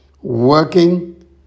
working